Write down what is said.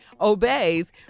obeys